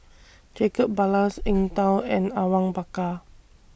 Jacob Ballas Eng Tow and Awang Bakar